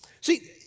See